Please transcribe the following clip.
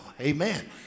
Amen